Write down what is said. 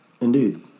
Indeed